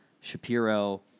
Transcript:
Shapiro